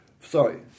sorry